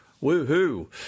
Woo-hoo